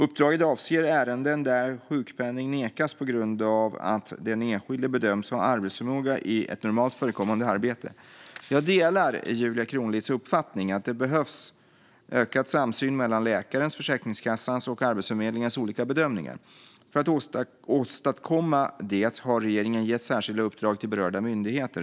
Uppdraget avser ärenden där sjukpenning nekas på grund av att den enskilde bedöms ha arbetsförmåga i ett normalt förekommande arbete. Jag delar Julia Kronlids uppfattning att det behövs ökad samsyn mellan läkarens, Försäkringskassans och Arbetsförmedlingens olika bedömningar. För att åstadkomma det har regeringen gett särskilda uppdrag till berörda myndigheter.